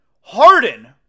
Harden